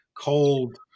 cold